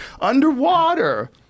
underwater